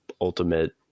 ultimate